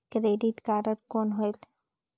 Credit card कौन होएल?